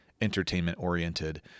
entertainment-oriented